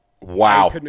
Wow